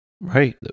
right